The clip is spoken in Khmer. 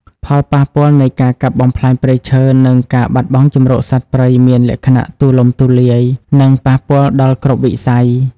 ផលប៉ះពាល់នៃការកាប់បំផ្លាញព្រៃឈើ និងការបាត់បង់ជម្រកសត្វព្រៃមានលក្ខណៈទូលំទូលាយ និងប៉ះពាល់ដល់គ្រប់វិស័យ។